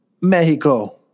Mexico